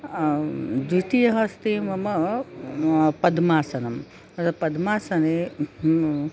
द्वितीयः अस्ति मम पद्मासनं अद् पद्मासने